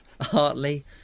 Hartley